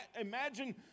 imagine